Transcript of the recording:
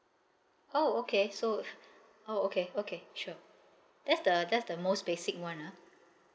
oh okay so oh okay okay sure that's the that's the most basic one ah